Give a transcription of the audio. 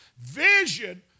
Vision